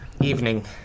Evening